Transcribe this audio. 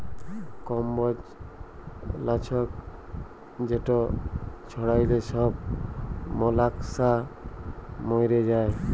কম্বজ লাছক যেট ছড়াইলে ছব মলাস্কা মইরে যায়